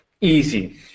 easy